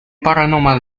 paranormal